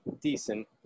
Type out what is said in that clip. decent